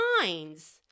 minds